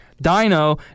Dino